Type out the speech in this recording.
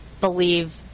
believe